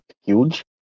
huge